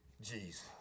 Jesus